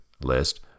list